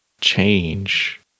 change